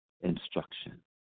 instruction